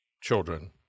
children